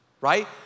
right